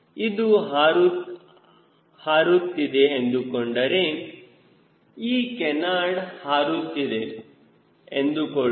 ಇದು ಹಾರುತಿದೆ ಎಂದುಕೊಂಡರೆ ಈ ಕೇನಾರ್ಡ್ ಹಾರುತ್ತಿದೆ ಎಂದುಕೊಳ್ಳೋಣ